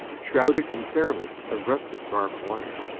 shrouded in cerements of rusted barbed wire.